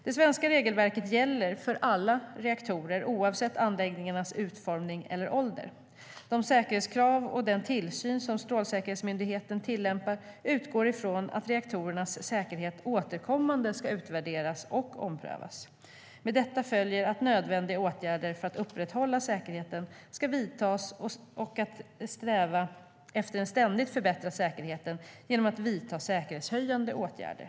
Det svenska regelverket gäller för alla reaktorer oavsett anläggningens utformning eller ålder. De säkerhetskrav och den tillsyn som Strålsäkerhetsmyndigheten tillämpar utgår från att reaktorernas säkerhet återkommande ska utvärderas och omprövas. Med detta följer att nödvändiga åtgärder för att upprätthålla säkerheten ska vidtas och att sträva efter att ständigt förbättra säkerheten genom att vidta säkerhetshöjande åtgärder.